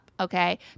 Okay